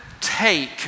take